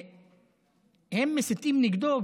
הם מסיתים נגדו,